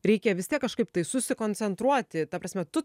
reikia vis tiek kažkaip tai susikoncentruoti ta prasme tu